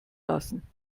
lassen